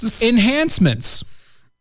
enhancements